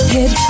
Hit